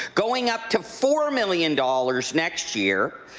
going up to four million dollars next year,